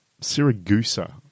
Siragusa